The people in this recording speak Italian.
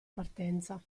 partenza